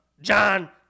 John